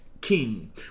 king